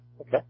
Okay